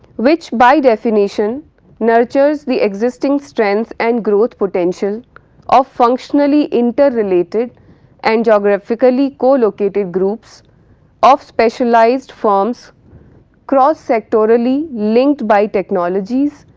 which by definition nurtures the existing strength and growth potential of functionally interrelated and geographically co-located groups of specialised forms cross sectorally linked by technologies,